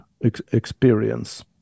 experience